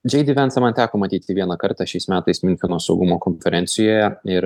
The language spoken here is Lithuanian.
džei dy vencą man teko matyti vieną kartą šiais metais miuncheno saugumo konferencijoje ir